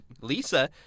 Lisa